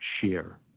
share